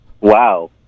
Wow